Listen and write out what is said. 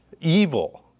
evil